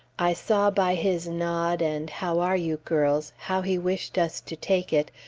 i saw by his nod, and how are you, girls, how he wished us to take it,